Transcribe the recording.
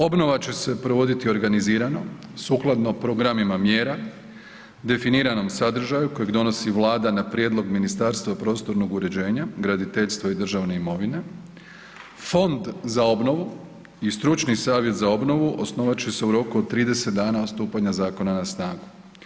Obnova će se provoditi organizirano, sukladno programima mjera, definiranom sadržaju kojeg donosi Vlada na prijedlog Ministarstva prostornog uređenja, graditeljstva i državne imovine, Fond za obnovu i Stručni savjet za obnovu osnovat će se u roku od 30 dana od stupanja zakona na snagu.